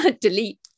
Delete